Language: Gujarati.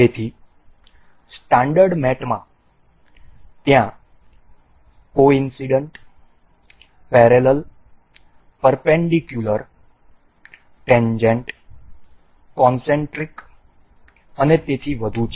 તેથી સ્ટાન્ડર્ડ મેટમાં ત્યાં coincident parallel perpendicular tangent concentric અને તેથી વધુ છે